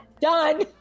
done